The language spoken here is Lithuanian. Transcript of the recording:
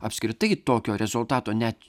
apskritai tokio rezultato net